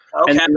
Okay